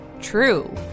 true